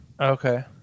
Okay